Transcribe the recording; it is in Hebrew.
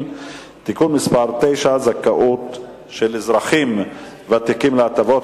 (תיקון מס' 9) (זכאות של אזרחים ותיקים להטבות),